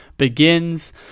begins